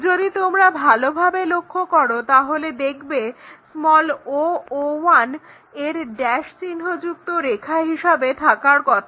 যদি তোমরা ভালোভাবে লক্ষ্য করো তাহলে দেখবে o o1 এর ড্যাশ চিহ্ন যুক্ত রেখা হিসাবে থাকার কথা